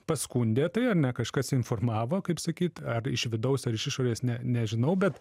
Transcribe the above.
paskundė tai ar ne kažkas informavo kaip sakyt ar iš vidaus ar iš išorės ne nežinau bet